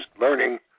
learning